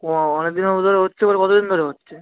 ক অনেক দিনও ধরে হচ্ছে মানে কতো দিন ধরে হচ্ছে